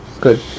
Good